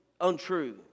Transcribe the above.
untrue